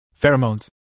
Pheromones